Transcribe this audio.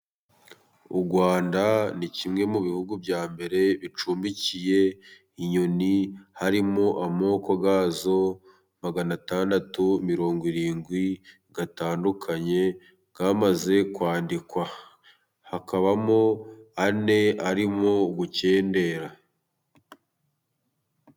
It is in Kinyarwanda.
U Rwanda ni kimwe mu bihugu bya mbere bicumbikiye inyoni harimo ,amoko yazo magana atandatu mirongo irindwi atandukanye ,yamaze kwandikwa hakabamo ane arimo gukendera.